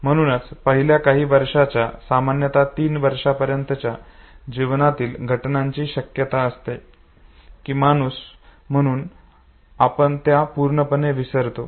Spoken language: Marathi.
म्हणूनच पहिल्या काही वर्षांच्या सामान्यतः तीन वर्षांपर्यंतच्या जीवनातील घटनांची शक्यता असते की माणूस म्हणून आपण त्या पूर्णपणे विसरतो